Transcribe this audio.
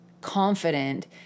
confident